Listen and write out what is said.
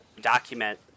document